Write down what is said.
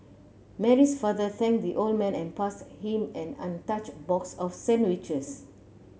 Mary's father thanked the old man and passed him an untouched box of sandwiches